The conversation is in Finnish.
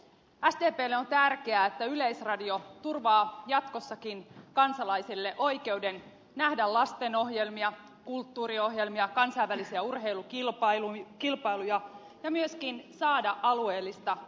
sdplle on tärkeää että yleisradio turvaa jatkossakin kansalaisille oikeuden nähdä lastenohjelmia kulttuuriohjelmia kansainvälisiä urheilukilpailuja ja myöskin saada alueellista uutispalvelua